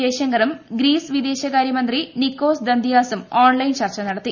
ജയശങ്കറും Greece വിദേശകാര്യമന്ത്രി Nikos ദന്തിയാസും online ചർച്ച നടത്തി